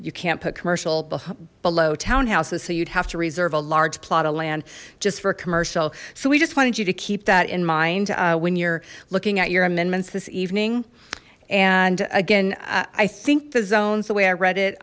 you can't put commercial below townhouses so you'd have to reserve a large plot of land just for a commercial so we just wanted you to keep that in mind when you're looking at your amendments this evening and again i think the zones the way i read